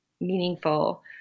meaningful